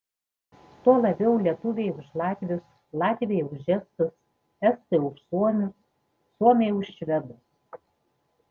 tuo labiau lietuviai už latvius latviai už estus estai už suomius suomiai už švedus